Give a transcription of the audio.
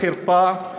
להחריבם.